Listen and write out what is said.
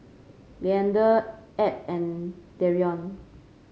Leander Edd and Dereon